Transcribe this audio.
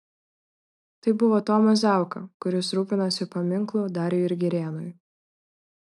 tai buvo tomas zauka kuris rūpinosi paminklu dariui ir girėnui